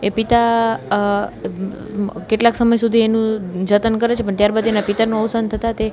એ પિતા કેટલાક સમય સુધી એનું જતન કરે છે પણ ત્યાર બાદ એના પિતાનું અવસાન થતાં તે